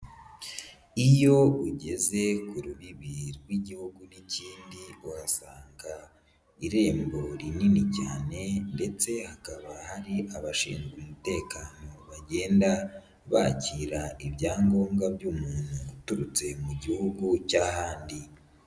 Iyo ugeze ku rubibi rw'igihugu n'ikindi uhasanga irembo rinini cyane ndetse hakaba hari abashinzwe umutekano bagenda bakira ibyangombwa by'umuntu uturutse mu gihugu cy'ahandi